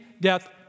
death